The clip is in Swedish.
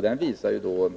Det är här fråga om